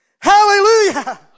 Hallelujah